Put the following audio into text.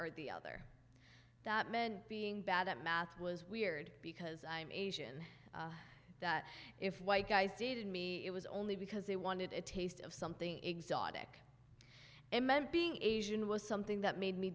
or the other that men being bad at math was weird because i'm asian that if white guys dated me it was only because they wanted a taste of something exotic it meant being asian was something that made me